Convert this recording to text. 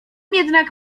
jednak